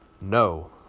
No